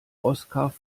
oskar